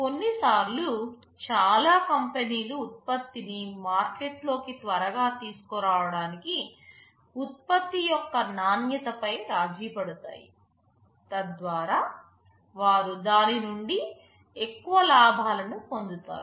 కొన్నిసార్లు చాలా కంపెనీలు ఉత్పత్తిని మార్కెట్లోకి త్వరగా తీసుకురావడానికి ఉత్పత్తి యొక్క నాణ్యతపై రాజీపడతాయి తద్వారా వారు దాని నుండి ఎక్కువ లాభాలను పొందుతారు